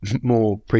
more